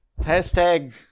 Hashtag